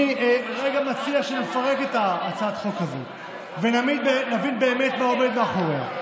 אני מציע שנפרק לרגע את הצעת החוק ונבין מה באמת עומד מאחוריה.